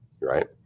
right